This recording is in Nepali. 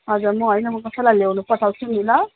हजुर म होइन म कसैलाई लिनु पठाउँछु नि ल